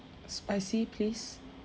spicy please